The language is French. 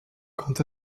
quant